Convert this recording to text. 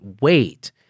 wait